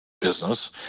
business